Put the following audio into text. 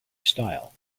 style